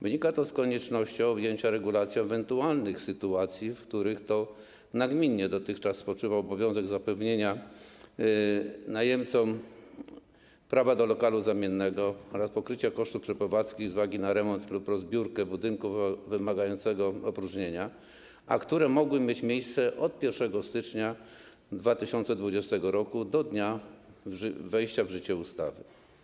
Wynika to z konieczności objęcia regulacją ewentualnych sytuacji, w których to na gminie spoczywał dotychczas obowiązek zapewnienia najemcom prawa do lokalu zamiennego oraz pokrycia kosztów przeprowadzki z uwagi na remont lub rozbiórkę budynku wymagającego opróżnienia, a które mogły mieć miejsce od 1 stycznia 2020 r. do dnia wejścia w życie ustawy.